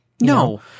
No